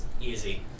easy